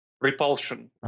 Repulsion